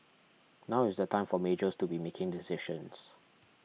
now is the time for majors to be making decisions